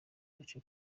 gace